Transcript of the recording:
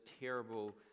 terrible